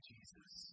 Jesus